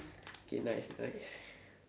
okay nice nice